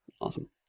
Awesome